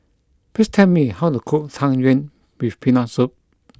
please tell me how to cook Tang Yuen with Peanut Soup